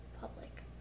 public